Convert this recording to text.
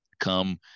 come